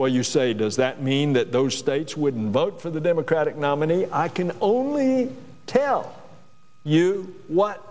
where you say does that mean that those states wouldn't vote for the democratic nominee i can only tell you what